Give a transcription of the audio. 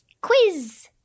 quiz